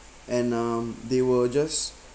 and um they were just